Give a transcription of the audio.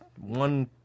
one